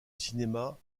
cinéma